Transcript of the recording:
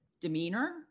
demeanor